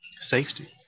Safety